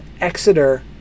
Exeter